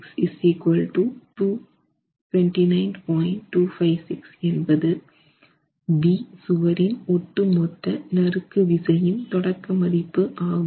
256 என்பது B சுவரின் ஒட்டு மொத்த நறுக்கு விசையின் தொடக்க மதிப்பு ஆகும்